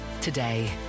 today